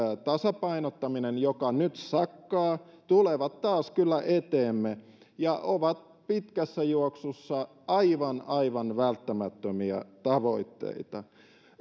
tasapainottaminen joka nyt sakkaa tulevat taas kyllä eteemme ja ovat pitkässä juoksussa aivan aivan välttämättömiä tavoitteita